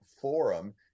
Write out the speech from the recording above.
Forum